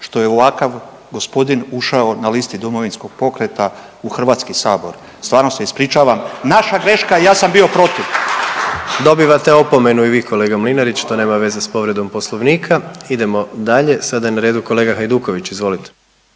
što je ovakav gospodin ušao na listi Domovinskog pokreta u Hrvatski sabor. Stvarno se ispričavam, naša greška i ja sam bio protiv. /Pljesak./ **Jandroković, Gordan (HDZ)** Dobivate opomenu i vi kolega Mlinarić to nema veze s povredom Poslovnika. Idemo dalje, sada je na redu kolega Hajduković. Izvolite.